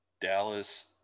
Dallas